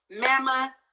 mama